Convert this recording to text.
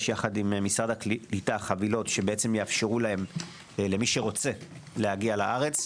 עם משרד הקליטה חבילות שיאפשרו למי שרוצה להגיע ארץ.